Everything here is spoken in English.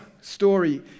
story